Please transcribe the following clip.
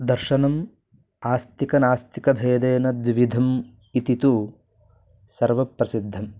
दर्शनम् आस्तिकनास्तिकभेदेन द्विविधम् इति तु सर्वप्रसिद्धं